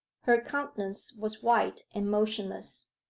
her countenance was white and motionless.